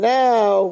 now